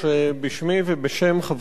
הוועדה ולמציעי החוק.